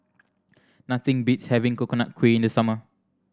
nothing beats having Coconut Kuih in the summer